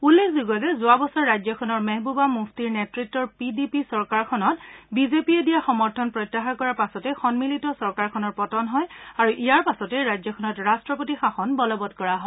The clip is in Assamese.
উল্লেখযোগ্য যে যোৱা বছৰ ৰাজ্যখনৰ মেহবুবা মফুটিৰ নেত়ত্বৰ পি ডি পি চৰকাৰখনক বিজেপিয়ে দিয়া সমৰ্থন প্ৰত্যাহাৰ কৰাৰ পাছতেই সম্মিলিত চৰকাৰখনৰ পতন হয় আৰু ইয়াৰ পাছতেই ৰাজ্যখনত ৰাষ্ট্ৰপতি শাসন বলবৎ কৰা হয়